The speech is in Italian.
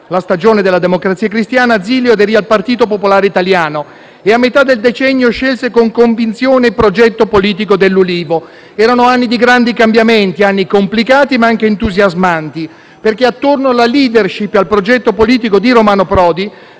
la stagione della Democrazia Cristiana, Zilio aderì al Partito Popolare Italiano e a metà del decennio scelse con convinzione il progetto politico dell'Ulivo. Erano anni di grandi cambiamenti, anni complicati, ma anche entusiasmanti, perché attorno alla *leadership* e al progetto politico di Romano Prodi